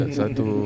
satu